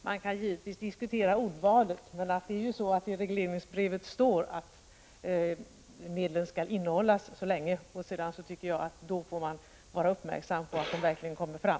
Fru talman! Ordvalet kan givetvis diskuteras. Men i regleringsbrevet står att medlen skall innehållas så länge. Då tycker jag att man får vara uppmärksam på att de verkligen kommer fram.